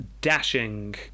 dashing